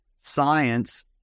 science